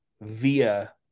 via